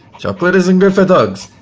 chocolate isn't good for dogs,